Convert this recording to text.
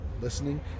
listening